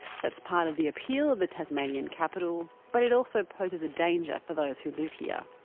it's part of the appeal of the tasmanian capital. but it also poses a danger for those who live here.